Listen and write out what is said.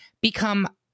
become